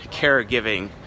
caregiving